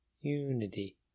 Unity